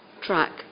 track